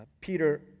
Peter